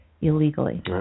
illegally